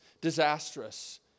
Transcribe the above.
disastrous